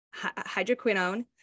hydroquinone